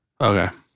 okay